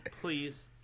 please